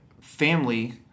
family